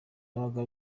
yabaga